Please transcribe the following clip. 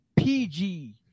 PG